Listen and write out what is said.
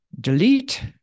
delete